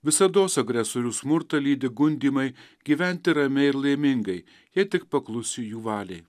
visados agresorių smurtą lydi gundymai gyventi ramiai ir laimingai jei tik paklusi jų valiai